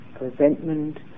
resentment